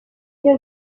iyo